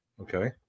Okay